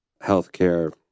healthcare